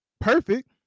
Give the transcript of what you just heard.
perfect